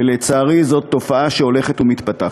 ולצערי זאת תופעה שהולכת ומתפתחת.